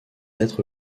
être